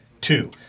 two